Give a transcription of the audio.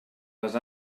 les